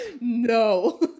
no